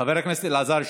חבר הכנסת אלעזר שטרן,